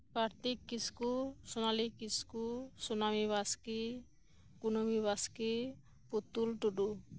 Kartik Kisku Sonali Kisku Sonami Baske Kunami Baske Putul Tudu